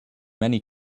many